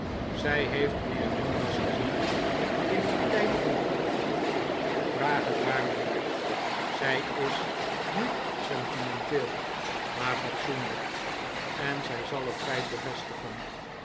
zij heeft mijnheer jonas gezien in een tijd van beproeving vraag het h a a r mijnheer zij is niet sentimenteel maar fatsoenlijk en zij zal het feit bevestigen